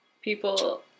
people